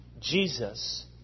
Jesus